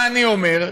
מה אני אומר?